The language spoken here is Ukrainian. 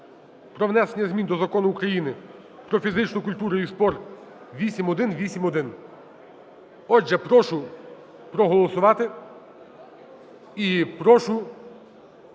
про внесення змін до Закону України "Про фізичну культуру і спорт" (8181). Отже, прошу проголосувати і прошу